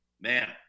man